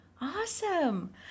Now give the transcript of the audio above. Awesome